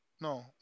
No